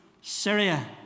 Syria